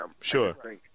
Sure